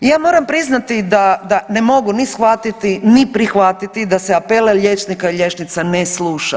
I ja moram priznati da ne mogu ni shvatiti, ni prihvatiti da se apele liječnika i liječnica ne sluša.